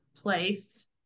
place